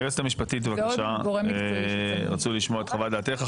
היועצת המשפטית, בבקשה, רצו לשמוע את חוות דעתך.